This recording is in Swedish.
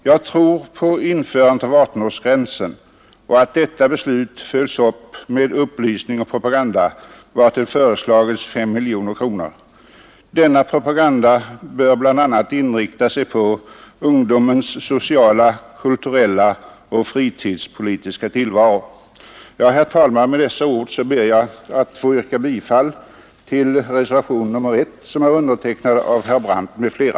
Jag tror på införandet av 18-årsgränsen och att detta beslut följs upp med upplysning och propaganda, vartill har föreslagits 5 miljoner kronor. Denna propaganda bör bl.a. inrikta sig på ungdomens sociala, kulturella och fritidspolitiska tillvaro. Herr talman! Med dessa ord ber jag få yrka bifall till reservationen 1, som är undertecknad av herr Brandt m.fl.